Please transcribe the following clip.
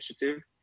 initiative